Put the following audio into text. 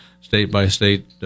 state-by-state